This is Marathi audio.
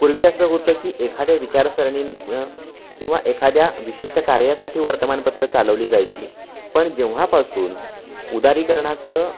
पूर्वी असं होतं की एखाद्या विचारसरणीनं किंवा एखाद्या विशिष्ट कार्यासाठी वर्तमानपत्रं चालवली जायची पण जेव्हापासून उदारीकरणाचं